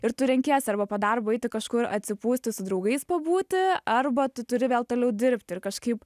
ir tu renkiesi arba po darbo eiti kažkur atsipūsti su draugais pabūti arba tu turi vėl toliau dirbti ir kažkaip